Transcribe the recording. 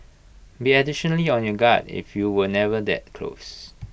be additionally on your guard if you were never that close